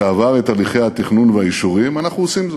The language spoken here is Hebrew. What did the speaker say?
שעבר את הליכי התכנון והאישורים, אנחנו עושים זאת.